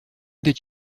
did